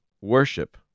worship